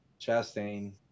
Chastain